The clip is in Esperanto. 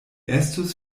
estus